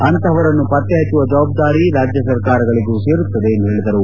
ಅಂತಹವರನ್ನು ಪತ್ತೆಹಚ್ಚುವ ಜವಾಬ್ದಾರಿ ರಾಜ್ಲಸರ್ಕಾರಗಳಿಗೂ ಸೇರುತ್ತದೆ ಎಂದು ಹೇಳಿದರು